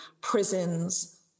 prisons